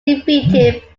defeated